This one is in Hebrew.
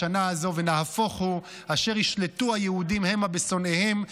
בשנה הזאת "ונהפוך הוא אשר ישלטו היהודים המה בשנאיהם",